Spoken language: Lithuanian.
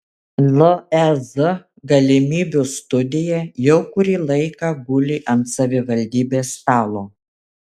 lez galimybių studija jau kurį laiką guli ant savivaldybės stalo